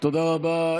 תודה רבה.